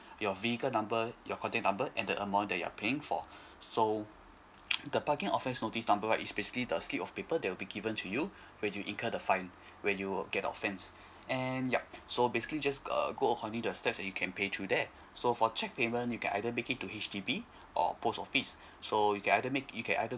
your vehicle number your contact number and the amount that you are paying for so the parking offense notice number right is basically the slip of paper there will be given to you when you incurred the fine when you will get offence and yup so basically just uh go according to the steps you can pay through there so for cheque payment you can either make it to H_D_B or post office so you can either make you can either